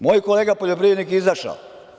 Moj kolega poljoprivrednik je izašao.